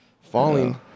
Falling